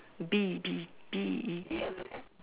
bee bee B E E